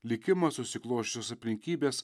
likimas susiklosčiusios aplinkybės